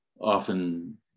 often